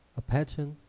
a pattern